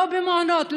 לא במעונות,